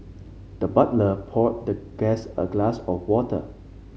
the butler poured the guest a glass of water